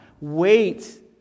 Wait